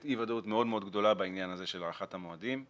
אי-וודאות מאוד גדולה בעניין הזה של הארכת המועדים,